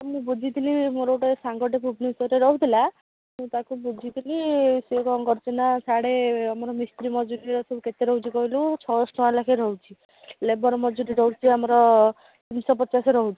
ମୁଁ ବୁଝିଥିଲି ମୋର ଗୋଟିଏ ସାଙ୍ଗଟିଏ ଭୁବନେଶ୍ଵରରେ ରହୁଥିଲା ମୁଁ ତାକୁ ବୁଝିଥିଲି ସିଏ କ'ଣ କରିଛିନା ସିଆଡ଼େ ଆମର ମିସ୍ତ୍ରୀ ମଜୁରୀର ସବୁ କେତେ ରହୁଛି କହିଲୁ ଛଅଶହ ଟଙ୍କା ଲେଖା ରହୁଛି ଲେବର୍ ମଜୁରୀ ରହୁଛି ଆମର ତିନିଶହ ପଚାଶ ରହୁଛି